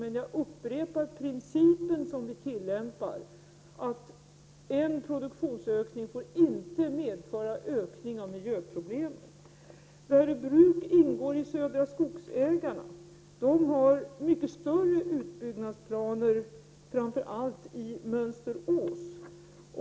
Men jag upprepar den princip som tillämpas, nämligen att en produktionsökning inte får medföra ökning av miljöproblemen. Värö bruk ingår i Södra Skogsägarna, som har mycket större utbyggnadsplaner framför allt i Mönsterås.